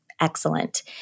excellent